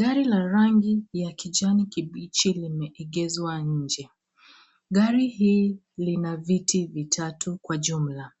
Gari la rangi ya kijani kibichi limeegezwa nje. Gari hii lina viti vitatu kwa jumla,